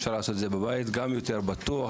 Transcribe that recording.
אפשר לעשות את זה בבית גם יותר בטוח,